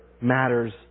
matters